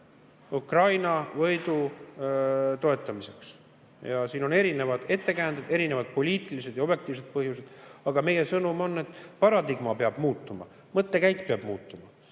Ukraina võidu toetamiseks. Ja siin on erinevaid ettekäändeid, erinevad poliitilised ja objektiivsed põhjused. Aga meie sõnum on, et paradigma peab muutuma, mõttekäik peab muutuma.